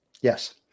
Yes